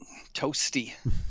toasty